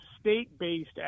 state-based